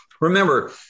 Remember